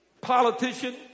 politician